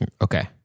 okay